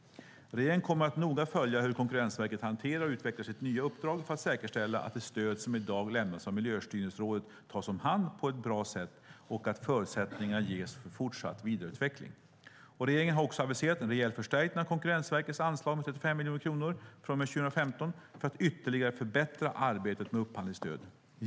Regeringen kommer att noga följa hur Konkurrensverket hanterar och utvecklar sitt nya uppdrag för att säkerställa att det stöd som i dag lämnas av Miljöstyrningsrådet tas om hand på ett bra sätt och att förutsättningar ges för fortsatt vidareutveckling. Regeringen har också aviserat en rejäl förstärkning av Konkurrensverkets anslag med 35 miljoner kronor från och med 2015 för att ytterligare förbättra arbetet med upphandlingsstöd.